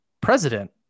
president